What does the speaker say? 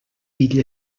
fill